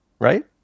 Right